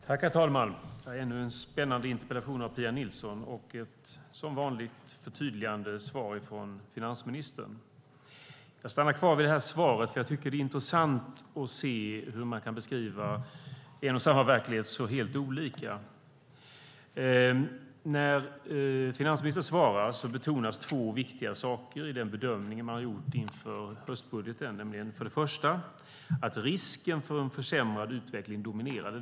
Herr talman! Här är ännu en spännande interpellation av Pia Nilsson och som vanligt ett förtydligande svar från finansministern. Jag stannar kvar vid detta svar, för jag tycker att det är intressant att se hur man kan beskriva en och samma verklighet så helt olika. När finansministern svarar betonas två viktiga saker i den bedömning man har gjort inför höstbudgeten, nämligen för det första att "risken för en försämrad utveckling dominerade".